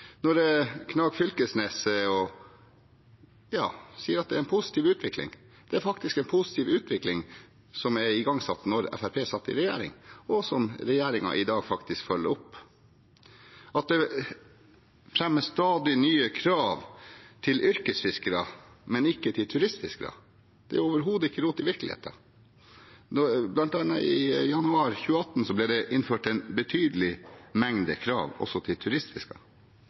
Når Knag Fylkesnes sier at det er en positiv utvikling: Det er faktisk en positiv utvikling som ble igangsatt da Fremskrittspartiet satt i regjering, og som regjeringen i dag følger opp. At det fremmes stadig nye krav til yrkesfiskere, men ikke til turistfiskere, har overhodet ikke rot i virkeligheten. Blant annet i januar 2018 ble det innført en betydelig mengde krav også til